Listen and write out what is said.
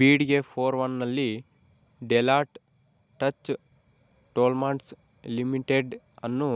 ಬಿಗ್ಡೆ four one ನಲ್ಲಿ Deloitte Touche Tohmatsu Limited ಅನ್ನು